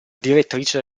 direttrice